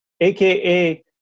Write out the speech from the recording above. aka